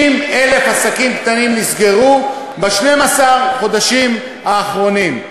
60,000 עסקים קטנים נסגרו ב-12 החודשים האחרונים: